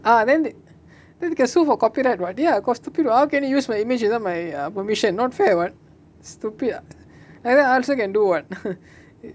ah then they can sue for copyright right [what] ya cause stupid how can you use my images uh not fair [what] stupid like that I can also do [what]